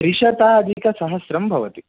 त्रिशताधिकसहस्रं भवति